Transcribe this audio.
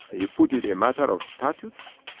he put it, a matter of status.